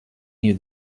near